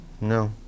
No